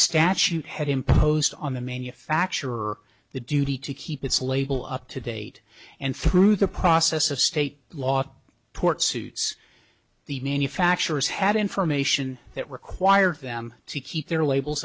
statute had imposed on the manufacturer the duty to keep its label up to date and through the process of state law tort suits the manufacturers had information that required them to keep their labels